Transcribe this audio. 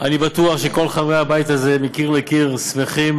אני בטוח שכל חברי הבית הזה, מקיר לקיר, שמחים